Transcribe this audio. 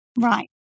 Right